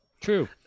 True